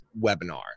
webinar